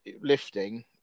lifting